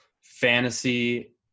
fantasy